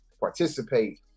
participate